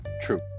true